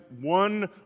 one